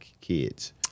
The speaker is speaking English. kids